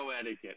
etiquette